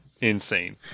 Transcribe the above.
insane